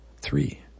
Three